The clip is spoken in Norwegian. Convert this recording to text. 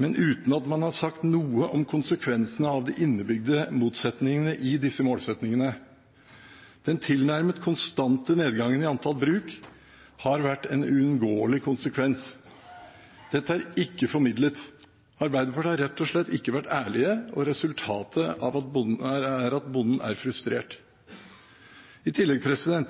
men uten at man har sagt noe om konsekvensene av de innebygde motsetningene i disse målsettingene. Den tilnærmet konstante nedgangen i antall bruk har vært en uunngåelig konsekvens, og dette er ikke formidlet. Arbeiderpartiet har rett og slett ikke vært ærlige, og resultatet er at bonden er